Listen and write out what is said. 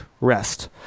Rest